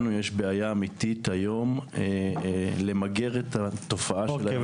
לנו יש בעיה אמיתית היום למגר את התופעה של היונים.